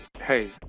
hey